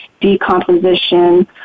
decomposition